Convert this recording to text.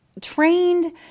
trained